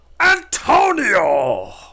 Antonio